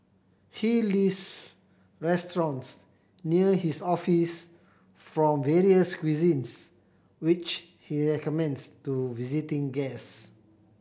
he lists restaurants near his office from various cuisines which he recommends to visiting guest